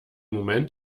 moment